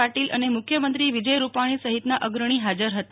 પાટિલ અને મુખ્યમંત્રી વિજય રૂપાણી સહિતના અગ્રણી હાજર રહ્યા હતા